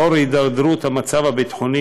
לנוכח הידרדרות המצב הביטחוני,